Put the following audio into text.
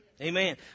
Amen